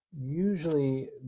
usually